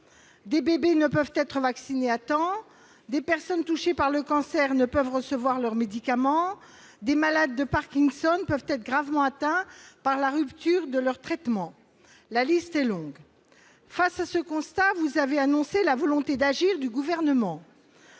des bébés ne peuvent être vaccinés à temps, des personnes touchées par le cancer ne peuvent recevoir leurs médicaments, des malades de Parkinson peuvent être gravement atteints par la rupture de leur traitement. La liste est longue ... Face à ce constat, vous avez annoncé, madame la ministre, la volonté d'agir du Gouvernement.